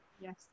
Yes